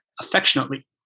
affectionately